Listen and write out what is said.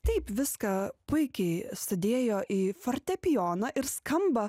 taip viską puikiai sudėjo į fortepijoną ir skamba